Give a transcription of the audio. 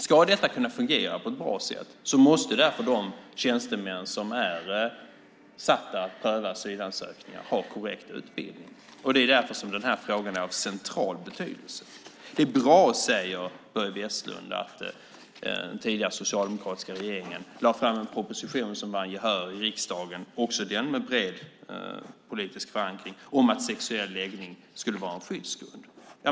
Om detta ska kunna fungera på ett bra sätt måste de tjänstemän som är satta att pröva asylansökningar ha korrekt utbildning. Det är därför som denna fråga är av central betydelse. Det är bra, säger Börje Vestlund, att den tidigare socialdemokratiska regeringen lade fram en proposition som vann gehör i riksdagen, också den med bred politisk förankring, om att sexuell läggning skulle vara en skyddsgrund.